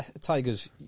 Tigers